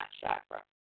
chakra